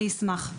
אני אשלח.